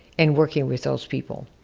and working with those people.